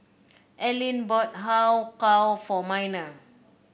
Alleen bought Har Kow for Minor